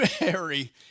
Mary